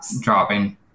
dropping